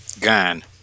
Gone